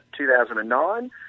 2009